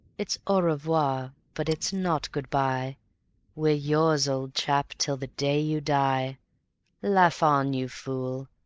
it's au revoir, but it's not good-by we're yours, old chap, till the day you die laugh on, you fool!